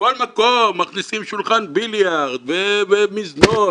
כל מקום מכניסים שולחן ביליארד ומזנון